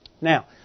Now